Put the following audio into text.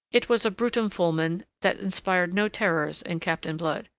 it was a brutum fulmen that inspired no terrors in captain blood.